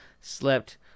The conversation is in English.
slept